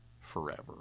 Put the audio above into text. forever